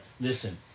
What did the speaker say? Listen